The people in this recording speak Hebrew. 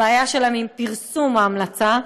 הבעיה שלהם היא עם פרסום ההמלצה.